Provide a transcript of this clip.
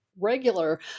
regular